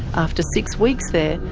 after six weeks there,